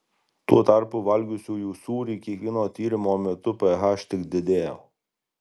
tuo tarpu valgiusiųjų sūrį kiekvieno tyrimo metu ph tik didėjo